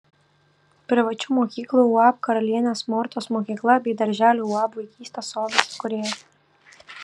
privačių mokyklų uab karalienės mortos mokykla bei darželių uab vaikystės sodas įkūrėja